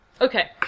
okay